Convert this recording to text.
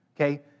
Okay